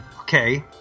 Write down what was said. Okay